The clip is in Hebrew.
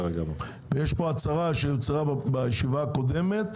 יש פה הצהרה שנמסרה בישיבה הקודמת,